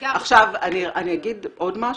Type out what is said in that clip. כנציגה --- עכשיו, אני אגיד עוד משהו.